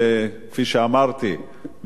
כפי שאמרתי,